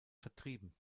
vertrieben